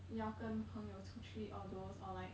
要跟朋友出去 all those or like